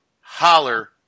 Holler